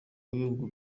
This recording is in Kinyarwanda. w’ibihugu